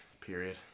period